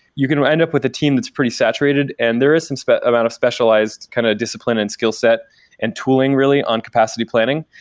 you can end up with a team that's pretty saturated, and there is um an amount of specialized kind of discipline and skillset and tooling, really, on capacity planning.